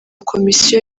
komisiyo